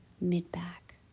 mid-back